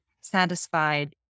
satisfied